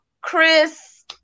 Chris